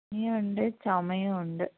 പനിയുണ്ട് ചുമയൂണ്ട്